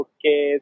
Okay